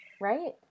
right